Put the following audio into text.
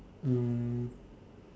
um